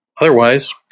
Otherwise